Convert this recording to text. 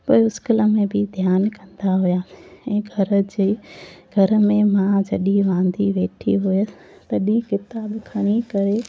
पोइ स्कूल में बि ध्यानु कंदा हुया ऐं घर जे घर में मां जॾहिं वांदी वेठी हुयसि तॾहिं किताबूं खणी करे